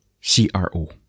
C-R-O